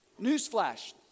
Newsflash